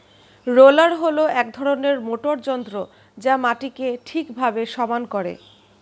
roller হল এক রকমের মোটর যন্ত্র যা মাটিকে ঠিকভাবে সমান করে